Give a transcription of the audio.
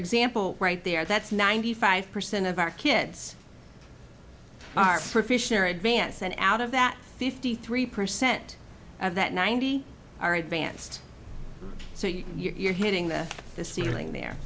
example right there that's ninety five percent of our kids our advanced and out of that fifty three percent of that ninety are advanced so you're hitting the the ceiling there